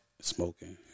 smoking